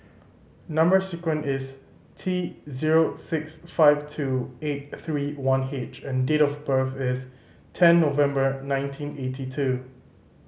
number sequence is T zero six five two eight three one H and date of birth is ten November nineteen eighty two